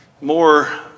more